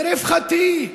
לרווחתי.